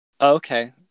Okay